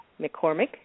McCormick